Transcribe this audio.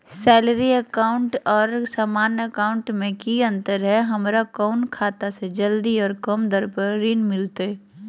Salary account और सामान्य account मे की अंतर है हमरा कौन खाता से जल्दी और कम दर पर ऋण मिलतय?